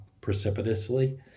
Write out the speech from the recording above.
precipitously